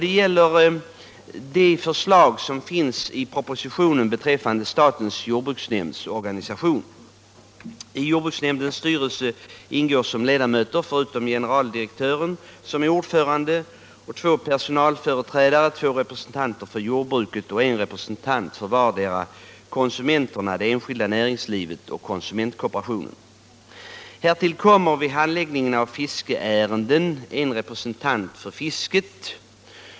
Det gäller propositionens förslag om statens jordbruksnämnds organisation. I jordbruksnämndens styrelse ingår som ledamöter —- förutom generaldirektören. som är ordförande, och två personalföreträdare — två representanter för jordbruket och en representant för vardera konsumenterna, det enskilda näringslivet och konsumentkooperationen. Härtill kommer vid handläggning av fiskeärenden en representant för fisket.